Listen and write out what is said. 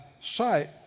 sight